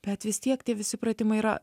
bet vis tiek tie visi pratimai yra